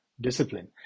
discipline